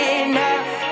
enough